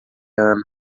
ano